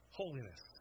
holiness